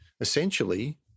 essentially